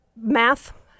math